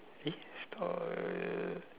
eh story